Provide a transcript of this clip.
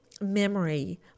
memory